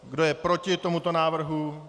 Kdo je proti tomuto návrhu?